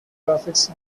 graphics